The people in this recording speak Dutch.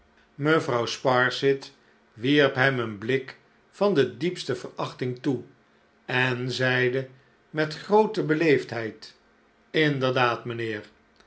mevrouw sparsit wierp hem een blik van de diepste veracnting toe en zeide met groote beleefdheid inderdaad mijnheer